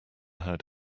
had